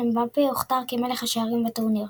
אמבפה הוכתר כמלך השערים בטורניר.